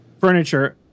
furniture